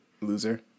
loser